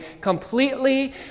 completely